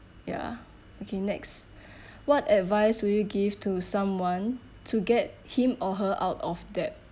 ya okay next what advice would you give to someone to get him or her out of debt